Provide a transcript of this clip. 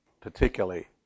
particularly